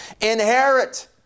Inherit